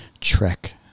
trek